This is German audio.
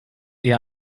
eher